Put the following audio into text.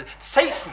Satan